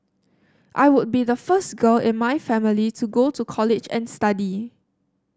I would be the first girl in my family to go to college and study